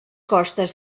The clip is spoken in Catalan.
costes